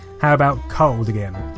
how about cold again.